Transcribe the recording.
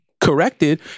corrected